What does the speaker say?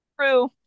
True